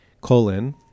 colon